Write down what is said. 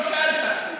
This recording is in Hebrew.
טוב ששאלת.